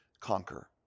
conquer